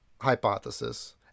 hypothesis